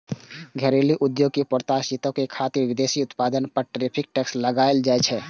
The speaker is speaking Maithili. घरेलू उद्योग कें प्रोत्साहितो करै खातिर विदेशी उत्पाद पर टैरिफ टैक्स लगाएल जाइ छै